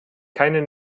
keine